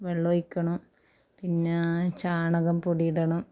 വെള്ളം ഒഴിക്കണം പിന്നെ ചാണകം പൊടി ഇടണം